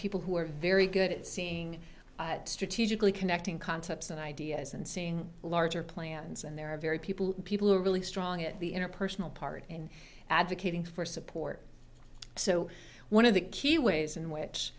people who are very good at seeing strategically connecting concepts and ideas and seeing larger plans and there are very people people who are really strong at the interpersonal part and advocating for support so one of the key ways in